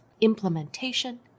implementation